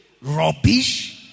Rubbish